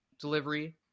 delivery